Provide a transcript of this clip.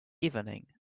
evening